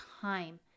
time